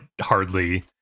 hardly